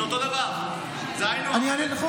זה אותו דבר, זה היינו הך.